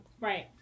Right